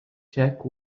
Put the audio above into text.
check